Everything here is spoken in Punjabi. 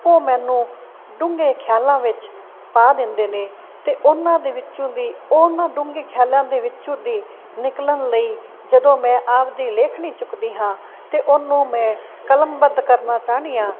ਉਹ ਮੈਨੂੰ ਡੂੰਘੇ ਖਿਆਲਾਂ ਵਿੱਚ ਪਾ ਦਿੰਦੇ ਨੇ ਅਤੇ ਉਹਨਾਂ ਦੇ ਵਿੱਚੋਂ ਦੀ ਉਹਨਾਂ ਡੂੰਘੇ ਖਿਆਲਾਂ ਦੇ ਵਿੱਚੋਂ ਦੀ ਨਿਕਲਣ ਲਈ ਜਦੋਂ ਮੈਂ ਆਪ ਦੀ ਲੇਖਣੀ ਚੁੱਕਦੀ ਹਾਂ ਅਤੇ ਉਹਨੂੰ ਮੈਂ ਕਲਮਬੱਧ ਕਰਨਾ ਚਾਹੁੰਦੀ ਹਾਂ